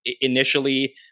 initially